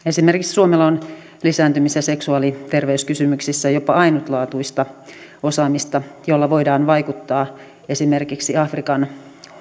esimerkiksi lisääntymis ja seksuaaliterveyskysymyksissä jopa ainutlaatuista osaamista jolla voidaan vaikuttaa esimerkiksi afrikan